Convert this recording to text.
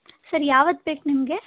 sir ಯಾವತ್ತು ಬೇಕು ನಿಮಗೆ